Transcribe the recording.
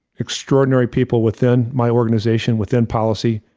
extraordinary people within my organization, within policy,